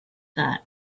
that